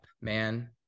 man